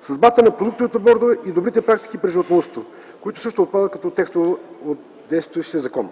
съдбата на продуктовите бордове и добрите практики при животновъдството, които също отпадат като текстове от действащия закон.